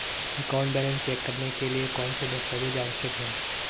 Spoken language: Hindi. अकाउंट बैलेंस चेक करने के लिए कौनसे दस्तावेज़ आवश्यक हैं?